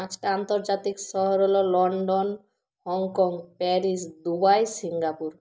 পাঁচটা আন্তর্জাতিক শহর হল London Hong Kong Paris Dubai Singapore